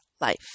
life